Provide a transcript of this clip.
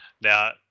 Now